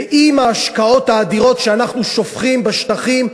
ועם ההשקעות האדירות שאנחנו שופכים בשטחים,